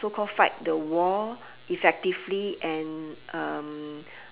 so called fight the war effectively and um